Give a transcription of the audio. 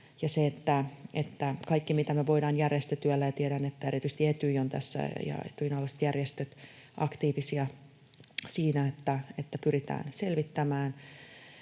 kaikki, mitä me voidaan järjestötyöllä... Tiedän, että erityisesti Etyj ja Etyjin alaiset järjestöt ovat aktiivisia siinä, että pyritään selvittämään